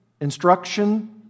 instruction